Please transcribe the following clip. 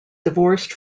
divorced